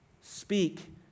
Speak